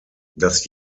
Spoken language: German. das